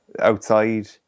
outside